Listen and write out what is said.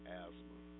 asthma